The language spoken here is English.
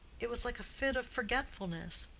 it was like a fit of forgetfulness.